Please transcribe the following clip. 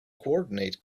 coordinate